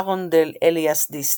ארונדל אליאס דיסני,